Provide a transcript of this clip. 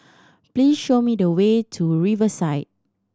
please show me the way to Riverside